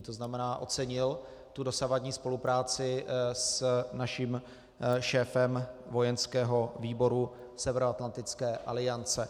To znamená, ocenil dosavadní spolupráci s naším šéfem vojenského výboru Severoatlantické aliance.